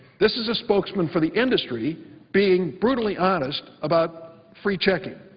this is a spokesman for the industry being brutally honest about free checking.